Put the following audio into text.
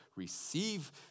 receive